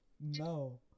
No